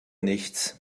nichts